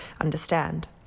understand